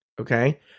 Okay